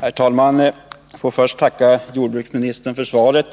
Herr talman! Jag får tacka jordbruksministern för svaret.